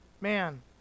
Man